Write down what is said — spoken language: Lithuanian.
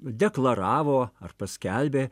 deklaravo ar paskelbė